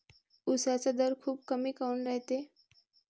उसाचा दर खूप कमी काऊन रायते?